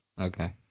Okay